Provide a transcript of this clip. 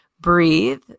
breathe